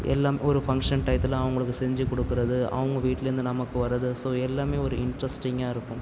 எல்லாம் ஒரு ஃபங்க்ஷன் டையத்தில் அவங்களுக்கு செஞ்சு கொடுக்குறது அவங்க வீட்லேருந்து நமக்கு வரது ஸோ எல்லாமே ஒரு இண்ட்ரஸ்டிங்காக இருக்கும்